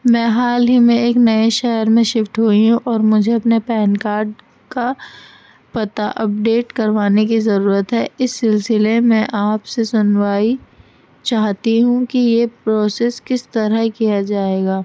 میں حال ہی میں ایک نئے شہر میں شفٹ ہوئی ہوں اور مجھے اپنے پین کارڈ کا پتہ اپڈیٹ کروانے کی ضرورت ہے اس سلسلے میں آپ سے سنوائی چاہتی ہوں کہ یہ پروسیس کس طرح کیا جائے گا